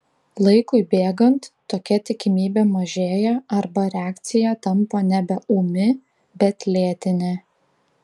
laikui bėgant tokia tikimybė mažėja arba reakcija tampa nebe ūmi bet lėtinė